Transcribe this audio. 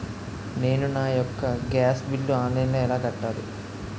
నేను నా యెక్క గ్యాస్ బిల్లు ఆన్లైన్లో ఎలా కట్టాలి?